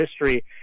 history